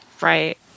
right